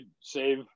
save